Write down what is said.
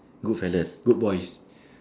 good fellas good boys